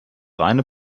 reine